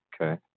Okay